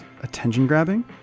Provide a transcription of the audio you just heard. attention-grabbing